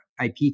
IP